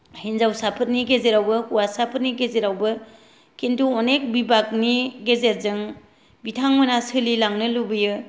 हिनजावसाफोरनि गेजेरावबो हौवासाफोरनि गेजेरावबो किन्तु अनेक बिबांनि गेजेरजों बिथांमोना सोलिलांनो लुबैयो